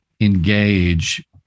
engage